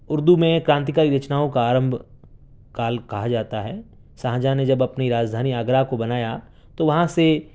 اردو میں کرانتی کاری رچناؤں کا آرمبھ کال کہا جاتا ہے شاہجہاں نے جب اپنی راجدھانی آگرہ کو بنایا تو وہاں سے